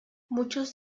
muchos